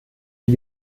die